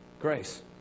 Grace